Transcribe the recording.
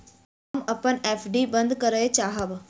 हम अपन एफ.डी बंद करय चाहब